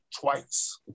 twice